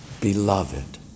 Beloved